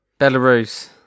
Belarus